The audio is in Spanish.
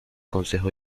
consejo